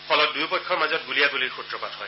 ফলত দুয়োপক্ষৰ মাজত গুলীয়াগুলীৰ সূত্ৰপাত হয়